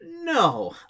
no